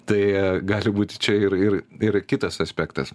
tai gali būti čia ir ir ir kitas aspektas